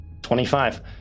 25